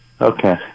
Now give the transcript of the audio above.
Okay